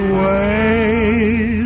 ways